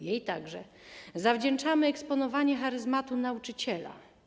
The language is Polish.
Jej także zawdzięczamy eksponowanie charyzmatu nauczyciela.